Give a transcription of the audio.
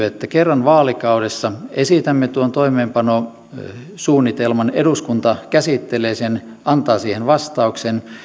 että kerran vaalikaudessa esitämme tuon toimeenpanosuunnitelman eduskunta käsittelee sen antaa siihen vastauksen